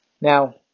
Now